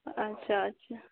अच्छा अच्छा